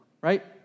right